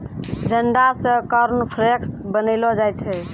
जंडा से कॉर्नफ्लेक्स बनैलो जाय छै